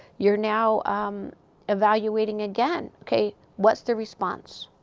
you're now um evaluating again. ok, what's the response?